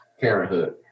parenthood